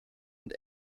und